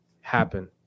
happen